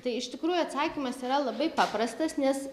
tai iš tikrųjų atsakymas yra labai paprastas nes